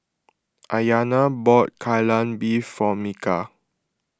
Ayana bought Kai Lan Beef for Micah